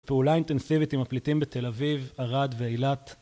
פעולה אינטנסיבית עם הפליטים בתל אביב, ערד ואילת.